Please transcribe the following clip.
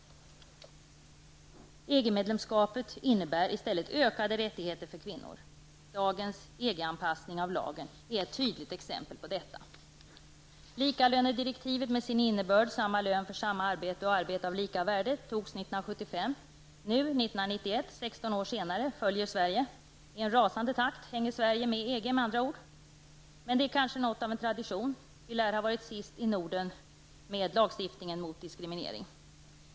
EG-medlemskapet innebär i stället ökade rättigheter för kvinnor. Dagens EG anpassning av lagen är ett tydligt exempel på detta. Likalönedirektivet med sin innebörd -- samma lön för samma arbete och arbete av lika värde -- togs 1975. Nu 1991, 16 år senare, följer Sverige efter. I en rasande takt hänger Sverige med i EG med andra ord. Men det är kanske något av en tradition. Vi lär ha varit sist i Norden med lagstiftning mot diskriminering.